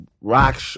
rock